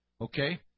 Okay